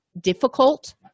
difficult